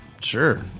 Sure